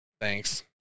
Thanks